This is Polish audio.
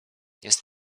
jest